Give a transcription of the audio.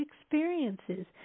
experiences